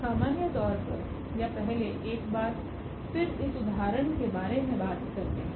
सामान्य तौर पर या पहले एक बार फिर इस उदाहरण के बारे में बात करते हैं